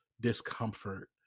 discomfort